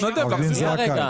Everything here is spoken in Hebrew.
מתנדב להחזיר לך.